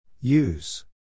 Use